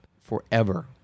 forever